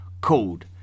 called